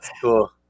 cool